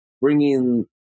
bringing